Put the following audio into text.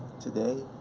today?